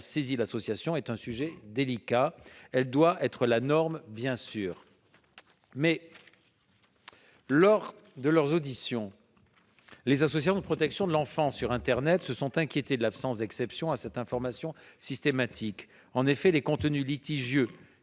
saisi l'association est un sujet délicat. Elle doit évidemment être la norme, mais, lors de leurs auditions, les associations de protection de l'enfance sur internet se sont inquiétées de l'absence d'exception à cette information systématique. En effet, les contenus litigieux